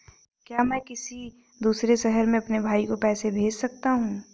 क्या मैं किसी दूसरे शहर में अपने भाई को पैसे भेज सकता हूँ?